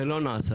זה לא נעשה.